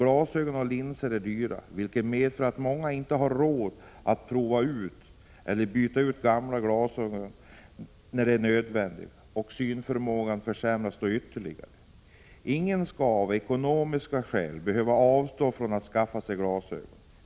Glasögon och linser är dyra, vilket medför att många inte har råd att prova ut nya glasögon eller byta ut gamla när det är nödvändigt. Synförmågan försämras då ytterligare. Ingen skall av ekonomiska skäl behöva avstå från att skaffa sig glasögon.